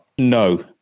No